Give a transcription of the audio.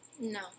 no